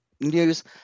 news